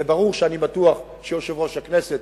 וברור שאני בטוח שגם יושב-ראש הכנסת,